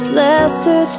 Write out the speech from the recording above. lesser